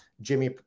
Jimmy